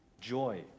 joy